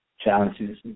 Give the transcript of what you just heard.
challenges